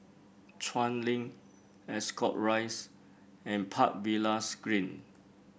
Chuan Link Ascot Rise and Park Villas Green